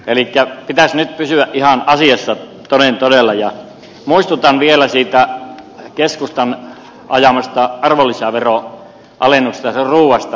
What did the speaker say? elikkä pitäisi nyt pysyä ihan asiassa toden todella ja muistutan vielä siitä keskustan ajamasta ruuan arvonlisäveroalennuksesta